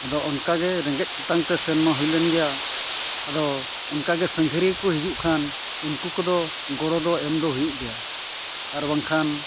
ᱟᱫᱚ ᱚᱱᱠᱟᱜᱮ ᱨᱮᱸᱜᱮᱡᱼᱛᱮᱛᱟᱝ ᱛᱮ ᱥᱮᱱ ᱢᱟ ᱦᱩᱭ ᱞᱮᱱ ᱜᱮᱭᱟ ᱟᱫᱚ ᱚᱱᱠᱟᱜᱮ ᱥᱟᱸᱜᱷᱟᱨᱤᱭᱟᱹ ᱠᱚᱠᱚ ᱦᱤᱡᱩᱜ ᱠᱷᱟᱱ ᱩᱱᱠᱩ ᱠᱚᱫᱚ ᱜᱚᱲᱚ ᱫᱚ ᱮᱢᱫᱚ ᱦᱩᱭᱩᱜ ᱜᱮᱭᱟ ᱟᱨ ᱵᱟᱝᱠᱷᱟᱱ